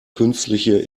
künstliche